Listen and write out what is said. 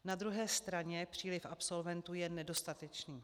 Na druhé straně příliv absolventů je nedostatečný.